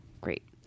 Great